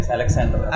Alexander